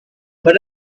but